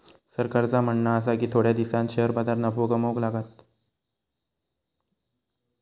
सरकारचा म्हणणा आसा की थोड्या दिसांत शेअर बाजार नफो कमवूक लागात